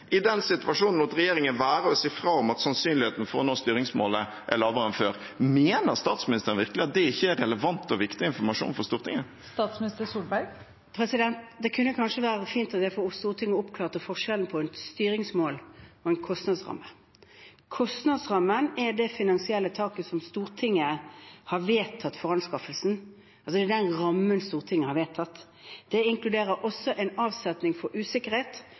I den situasjonen lot regjeringen være å si fra om at sannsynligheten for å nå styringsmålet er lavere enn før. Mener statsministeren virkelig at det ikke er relevant og viktig informasjon for Stortinget? Det kunne kanskje være fint om jeg for Stortinget oppklarte forskjellen på et styringsmål og en kostnadsramme. Kostnadsrammen er det finansielle taket som Stortinget har vedtatt for anskaffelsen, altså den rammen Stortinget har vedtatt. Det inkluderer også en avsetning for usikkerhet,